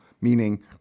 meaning